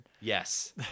Yes